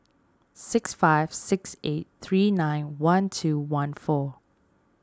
six five six eight three nine one two one four